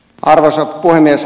arvoisa puhemies